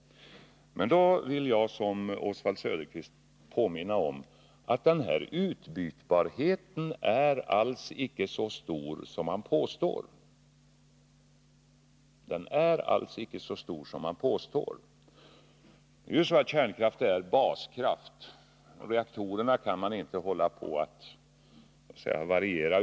I likhet med Oswald Söderqvist vill jag påminna om att en ökad elanvändning inte innebär någon större minskning i oljeförbrukningen, i varje fall inte så stor som man påstår. Kärnkraft är baskraft. Uttaget från reaktorerna kan inte variera.